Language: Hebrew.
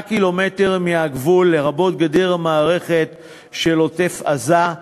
מהגבול, לרבות גדר המערכת של עוטף-עזה,